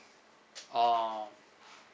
oh